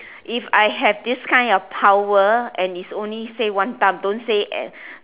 if I have this kind of power and it's only say one time don't say eh